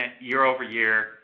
year-over-year